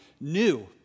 new